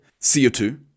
CO2